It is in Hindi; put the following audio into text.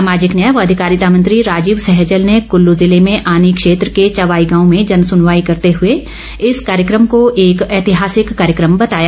सामाजिक न्याय व अधिकारिता मंत्री राजीव सहजल ने कुल्लू ज़िले में आनी क्षेत्र के चवाई गांव में जन सुनवाई करते हुए इस कार्यक्रम को एक ऐतिहासिक कार्यक्रम बताया